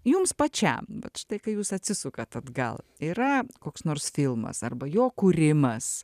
jums pačiam vat štai kai jūs atsisukat atgal yra koks nors filmas arba jo kūrimas